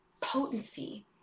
potency